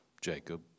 Jacob